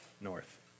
north